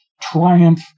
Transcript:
triumph